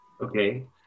okay